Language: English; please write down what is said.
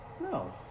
No